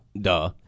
duh